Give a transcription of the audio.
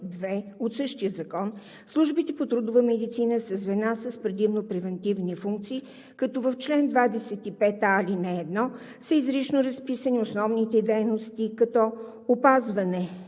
от същия закон службите по трудова медицина са звена с предимно превантивни функции, като в чл. 25а, ал. 1 са изрично разписани основните дейности, като оказване